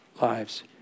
lives